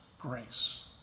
grace